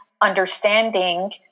understanding